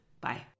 Bye